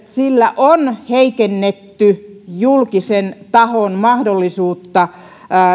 sillä on heikennetty julkisen tahon mahdollisuutta